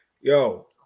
Yo